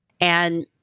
And-